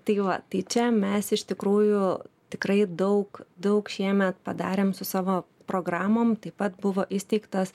tai va tai čia mes iš tikrųjų tikrai daug daug šiemet padarėm su savo programom taip pat buvo įsteigtos